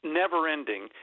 never-ending